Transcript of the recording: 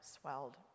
swelled